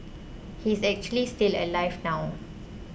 he's actually still alive now